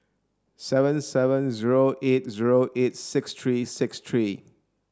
seven seven zero eight zero eight six three six three